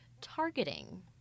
targeting